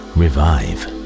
revive